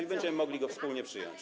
i będziemy mogli go wspólnie przyjąć.